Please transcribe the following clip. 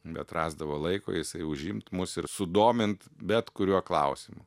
bet rasdavo laiko jisai užimt mus ir sudomint bet kuriuo klausimu